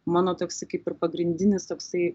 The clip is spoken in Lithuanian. mano toksai kaip ir pagrindinis toksai